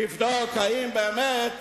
לבדוק האם באמת